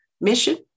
mission